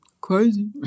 Crazy